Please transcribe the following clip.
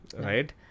right